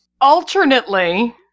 Alternately